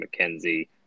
McKenzie